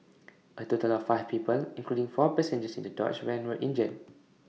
A total of five people including four passengers in the dodge van were injured